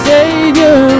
Savior